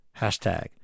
Hashtag